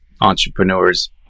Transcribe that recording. entrepreneurs